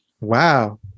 Wow